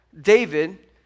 david